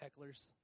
hecklers